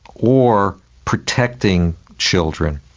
or protecting children,